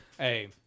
Hey